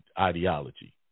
ideology